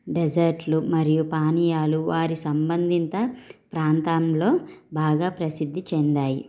డెసార్ట్లు మరియు పానీయాలు వారి సంబంధిత ప్రాంతంలో బాగా ప్రసిద్ధి చెందాయి